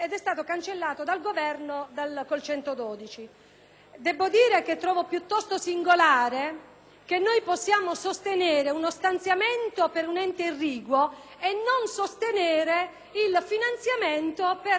che possiamo sostenere uno stanziamento per un ente irriguo e non sostenere il finanziamento per migliorare la nostra rete infrastrutturale, che riguarda ovviamente il fondo irriguo nazionale.